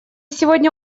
сегодня